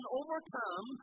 overcome